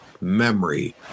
memory